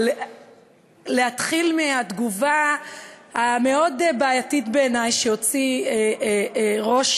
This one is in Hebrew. להתחיל מהתגובה המאוד-בעייתית בעיני שהוציא ראש